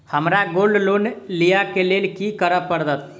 हमरा gold loan लिय केँ लेल की करऽ पड़त?